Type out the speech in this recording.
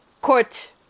court